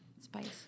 spice